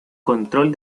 control